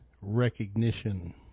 recognition